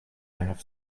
have